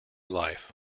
life